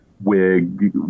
wig